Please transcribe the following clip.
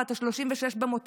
בת 36 במותה,